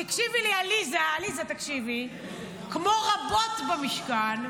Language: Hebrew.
תקשיבי לי, עליזה, כמו רבות במשכן,